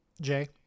Jay